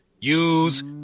use